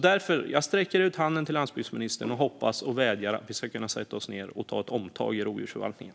Därför sträcker jag ut handen till landsbygdsministern och hoppas och vädjar om att vi ska kunna sätta oss ned och ta ett omtag i rovdjursförvaltningen.